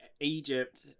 egypt